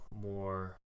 more